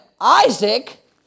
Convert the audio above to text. Isaac